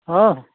हाँ हाँ